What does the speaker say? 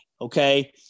Okay